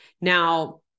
Now